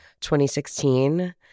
2016